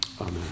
Amen